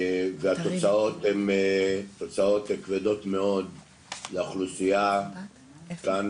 והתוצאות כבדות מאוד לאוכלוסייה כאן